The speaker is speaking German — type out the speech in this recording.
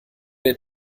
der